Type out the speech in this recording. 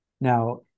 Now